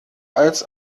als